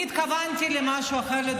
אני התכוונת לדבר על משהו אחר,